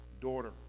daughter